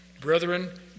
Brethren